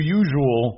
usual